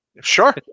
Sure